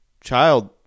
child